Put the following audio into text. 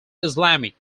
islamic